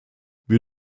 wir